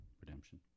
redemption